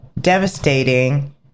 devastating